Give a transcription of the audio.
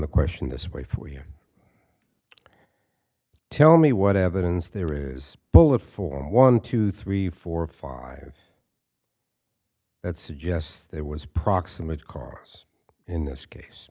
the question this way for you tell me what evidence there is full of form one two three four five that suggests there was proximate cars in this case